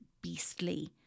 beastly